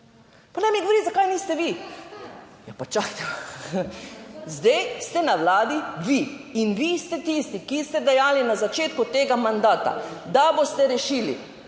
Pa ne mi govoriti, zakaj niste vi? Ja, pa čakajte, zdaj ste na vladi vi in vi ste tisti, ki ste dejali na začetku tega mandata, da boste rešili